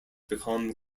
become